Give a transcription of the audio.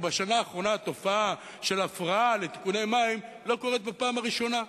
ובשנה האחרונה התופעה של הפרעה לתיקוני מים לא קורית בפעם הראשונה,